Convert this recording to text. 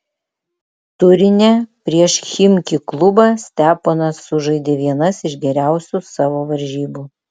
turine prieš chimki klubą steponas sužaidė vienas iš geriausių savo varžybų